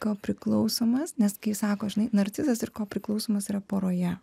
ko priklausomas nes kai sako žinai narcizas ir ko priklausomas yra poroje